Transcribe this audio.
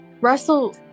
Russell